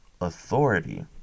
authority